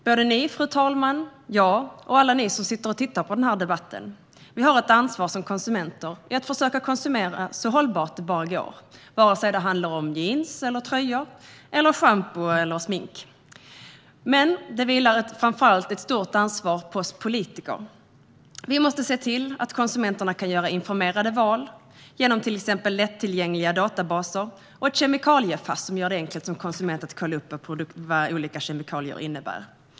Såväl fru talmannen och jag som alla ni som sitter och tittar på denna debatt har ett ansvar som konsumenter att försöka konsumera så hållbart det går, vare sig det handlar om jeans och tröjor eller schampo och smink. Men framför allt vilar det ett tungt ansvar på oss politiker. Vi måste se till att konsumenterna kan göra informerade val genom till exempel lättillgängliga databaser och ett kemikalie-Fass som gör det enkelt för konsumenter att kolla upp vad olika kemikalier innebär.